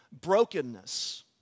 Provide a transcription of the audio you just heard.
brokenness